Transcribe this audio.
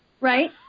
Right